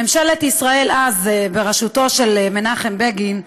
ממשלת ישראל אז, בראשותו של מנחם בגין,